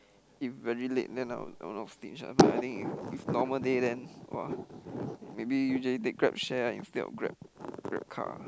if very late then I will I will not stinge ah but I think if if normal day then !wah! maybe usually take GrabShare ah instead of Grab GrabCar